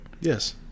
yes